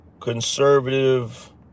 conservative